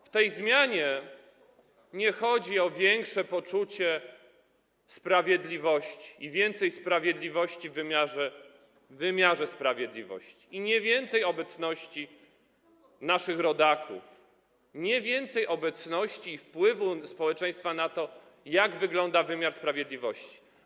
W tej zmianie nie chodzi o większe poczucie sprawiedliwości, o więcej sprawiedliwości w wymiarze sprawiedliwości, nie chodzi o więcej obecności naszych rodaków, o więcej obecności i wpływu społeczeństwa na to, jak wygląda wymiar sprawiedliwości.